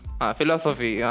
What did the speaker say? Philosophy